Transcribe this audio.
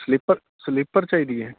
sleeper sleeper ਚਾਹੀਦੀ ਹੈ